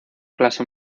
clase